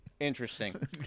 Interesting